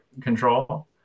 control